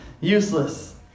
useless